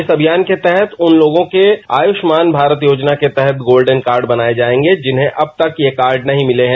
इस अभियान के तहत उन लोगों के आयुष्मान भारत योजना के तहत गोल्डन कार्ड बनाए जाएंगे जिन्हें अब तक यह कार्ड नहीं मिले हैं